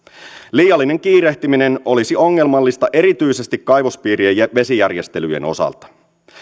liiallinen kiirehtiminen olisi ongelmallista erityisesti kaivospiirien vesijärjestelyjen osalta